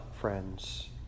friends